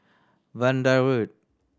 Vanda Road